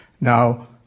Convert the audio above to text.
Now